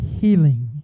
healing